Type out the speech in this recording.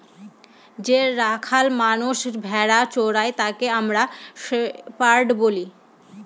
যে রাখাল মানষ ভেড়া চোরাই তাকে আমরা শেপার্ড বলি